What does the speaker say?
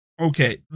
Okay